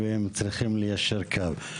והם צריכים ליישר קו.